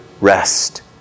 rest